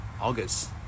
August